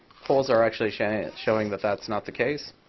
polls are actually showing and showing that that's not the case.